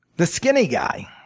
the skinny guy,